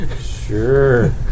Sure